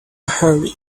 hurry